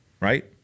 right